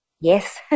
Yes